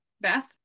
Beth